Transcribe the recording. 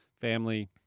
family